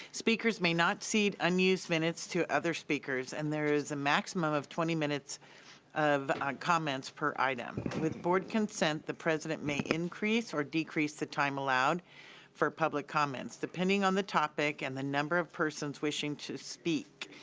speakers may not cede unused minutes to other speakers, and there is a maximum of twenty minutes of comments per item. with board consent, the president may increase or decrease the time allowed for public comments depending on the topic and the number of persons wishing to speak.